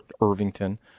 Irvington